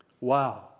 Wow